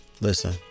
Listen